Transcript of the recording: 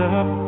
up